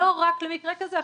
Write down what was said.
לא רק למקרה כזה.